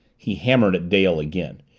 he hammered at dale again.